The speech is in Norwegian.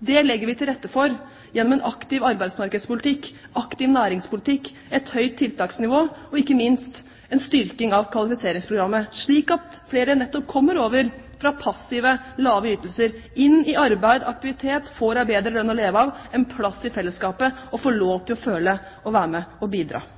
Det legger vi til rette for gjennom en aktiv arbeidsmarkedspolitikk, en aktiv næringspolitikk, et høyt tiltaksnivå og ikke minst en styrking av kvalifiseringsprogrammet, slik at flere kommer over fra passive, lave ytelser og inn i arbeid og aktivitet, får en bedre lønn å leve av, en plass i fellesskapet og får lov til å føle at de er med og bidrar.